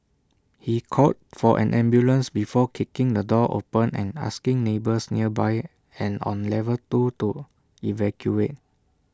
he called for an ambulance before kicking the door open and asking neighbours nearby and on level two to evacuate